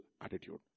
attitude